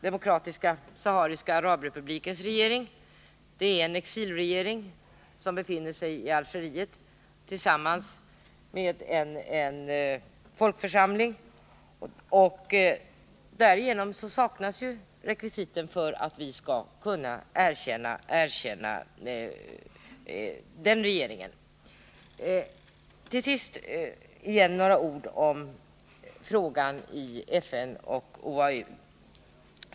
Demokratiska sahariska arabrepublikens regering är en exilregering som befinner sig i Algeriet tillsammans med en folkförsamling, och därigenom saknas rekvisitet för att vi skall kunna erkänna den regeringen. Till sist ett par ord igen om frågan i FN och OAU.